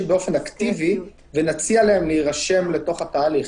באופן אקטיבי ונציע להם להירשם לתהליך.